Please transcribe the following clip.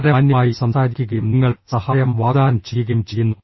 വളരെ മാന്യമായി സംസാരിക്കുകയും നിങ്ങൾ സഹായം വാഗ്ദാനം ചെയ്യുകയും ചെയ്യുന്നു